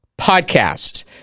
podcasts